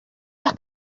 las